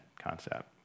concept